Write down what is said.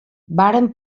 varen